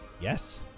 Yes